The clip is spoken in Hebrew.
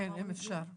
כן, אם אפשר.